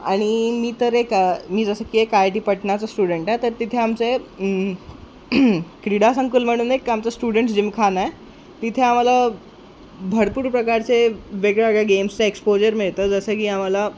आणि मी तर एक मी जसं की एक आय आय टी पटणाचा स्टुडंट आहे तर तिथे आमचे क्रीडा संकुल म्हणून एक आमचं स्टुडंट्स जिमखाना आहे तिथे आम्हाला भरपूर प्रकारचे वेगळ्या वेगळ्या गेम्सचं एक्सपोजर मिळतं जसं की आम्हाला